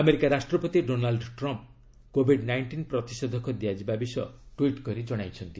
America ରାଷ୍ଟ୍ରପତି Donald Trump କୋବିଡ nineteen ପ୍ରତିଷେଧକ ଦିଆଯିବା ବିଷୟ ଟ୍ୱିଟ୍ କରି ଜଣାଇଛନ୍ତି